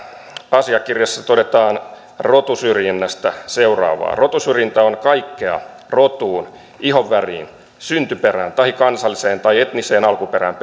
asiakirjassa todetaan rotusyrjinnästä seuraavaa rotusyrjintä on kaikkea rotuun ihonväriin syntyperään tai kansalliseen tai etniseen alkuperään